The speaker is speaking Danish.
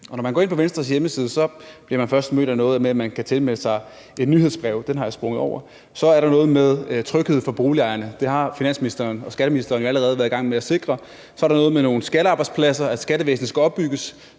Når man går ind på Venstres hjemmeside, bliver man først mødt af noget med, at man kan tilmelde sig et nyhedsbrev – den har jeg sprunget over – og så er der noget med tryghed for boligejerne. Det har finansministeren og skatteministeren jo allerede været i gang med at sikre. Så er der noget med nogle skattearbejdspladser, altså at skattevæsenet skal opbygges.